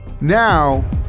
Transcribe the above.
Now